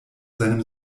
seinem